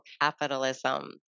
capitalism